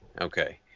Okay